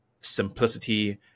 simplicity